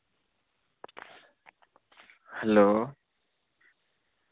hello